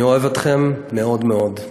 אני אוהב אתכם מאוד מאוד.